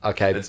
Okay